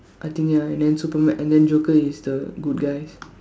I think ya and then Superma~ and then Joker is the good guys